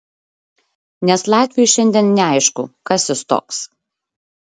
nes latviui šiandien neaišku kas jis toks